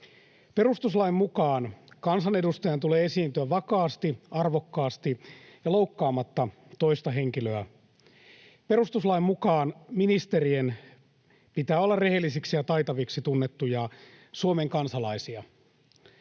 Perustuslain mukaan kansanedustajan tulee esiintyä vakaasti, arvokkaasti ja loukkaamatta toista henkilöä. Perustuslain mukaan ministerien pitää olla rehellisiksi ja taitaviksi tunnettuja Suomen kansalaisia.